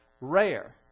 rare